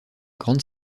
grande